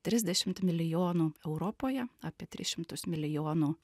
trisdešimt milijonų europoje apie tris šimtus milijonų